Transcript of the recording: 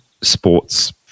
sports